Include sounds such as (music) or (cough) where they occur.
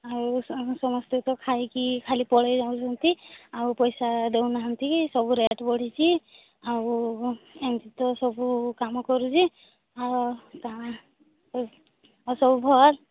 ଆଉ ସମସ୍ତେ ତ ଖାଇକି ଖାଲି ପଳେଇ ଯାଉଛନ୍ତି ଆଉ ପଇସା ଦେଉନାହାନ୍ତି ସବୁ ରେଟ୍ ବଢ଼ିଛି ଆଉ ଏମିତି ତ ସବୁ କାମ କରୁଛି ଆଉ କ'ଣ (unintelligible) ଆଉ ସବୁ ଭଲ